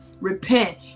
Repent